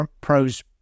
pros